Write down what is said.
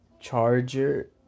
charger